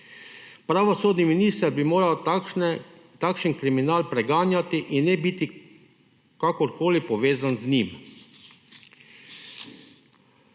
Pravosodni minister bi moral takšen kriminal preganjati in ne biti kakorkoli povezan z njim.